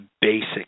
basic